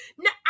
No